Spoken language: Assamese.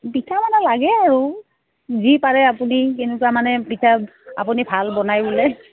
পিঠা মানে লাগে আৰু যি পাৰে আপুনি কেনেকুৱা মানে পিঠা আপুনি ভাল বনাই বোলে